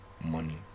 money